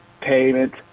payment